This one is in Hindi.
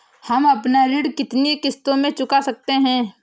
हम अपना ऋण कितनी किश्तों में चुका सकते हैं?